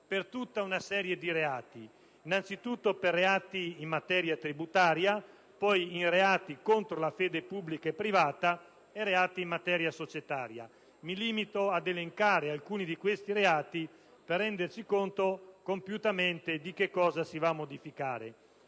per tutta una serie di reati. Innanzitutto, per reati in materia tributaria, poi per reati contro la fede pubblica e privata e per reati in materia societaria. Mi limito ad elencare alcuni di questi reati, per renderci conto compiutamente di cosa si va a modificare.